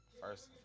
First